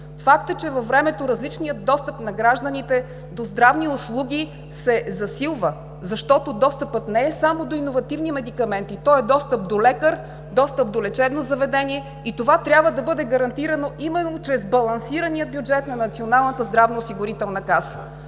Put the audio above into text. Факт е, че различният достъп на гражданите до здравни услуги се засилва във времето, защото достъпът не е само до иновативни медикаменти, а той е достъп до лекар, достъп до лечебно заведение и това трябва да бъде гарантирано именно чрез балансирания бюджет на Националната здравноосигурителна каса.